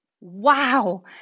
Wow